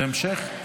בהמשך?